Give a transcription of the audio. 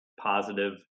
positive